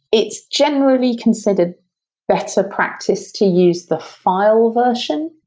it's generally considered better practice to use the file version.